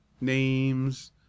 Names